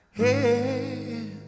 head